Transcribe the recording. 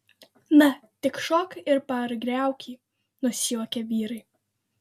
na tik šok ir pargriauk jį nusijuokė vyrai